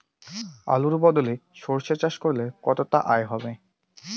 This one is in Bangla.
আলুর বদলে সরষে চাষ করলে কতটা আয় হবে?